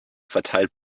verteilt